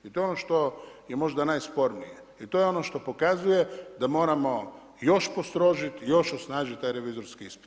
I to je ono što je možda, najspornije, jer to je ono što pokazuje da moramo još postrožiti, još osnažit taj revizorski ispit.